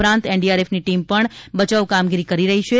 ઉપરાંત એનડીઆરએફની ટીમ પણ બચાવ કામગીરી કરી રહી છે